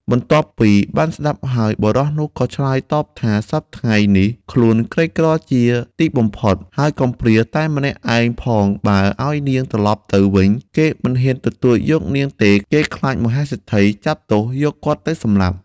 បន្ទាប់់ពីបានស្តាប់ហើយ បុរសនោះក៏ឆ្លើយតបថាសព្វថ្ងៃនេះខ្លួនក្រីក្រជាទីបំផុត ហើយកំព្រាតែម្នាក់ឯងផងបើឲ្យនាងត្រឡប់ទៅវិញគេមិនហ៊ានទទួលយកនាងទេគេខ្លាចមហាសេដ្ឋីចាប់ទោសយកគាត់ទៅសម្លាប់។